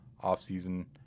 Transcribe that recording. off-season –